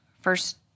first